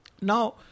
Now